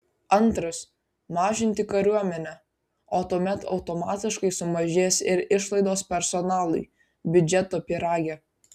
antras mažinti kariuomenę o tuomet automatiškai sumažės ir išlaidos personalui biudžeto pyrage